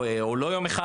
או לא יום אחד,